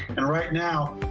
and right now,